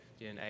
DNA